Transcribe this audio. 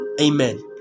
Amen